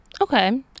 okay